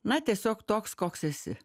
na tiesiog toks koks esi